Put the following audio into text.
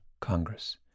Congress